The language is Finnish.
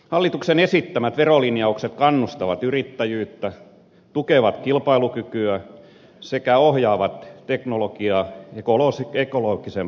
hallituksen esittämät verolinjaukset kannustavat yrittäjyyttä tukevat kilpailukykyä sekä ohjaavat teknologiaa ekologisempaan suuntaan